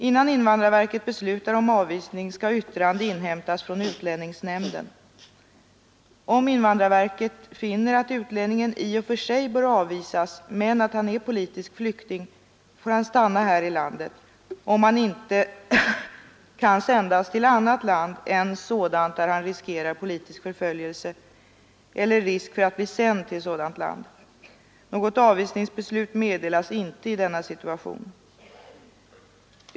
Innan invandrarverket beslutar om avvisning skall yttrande inhämtas från utlänningsnämnden. Om invandrarverket finner att utlänningen i och för sig bör avvisas men att han är politisk flykting, får han stanna här i landet om han inte kan sändas till annat land än sådant där han riskerar politisk förföljelse eller att bli sänd till sådant land. Något avvisningsbeslut meddelas inte i denna situation.